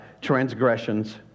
transgressions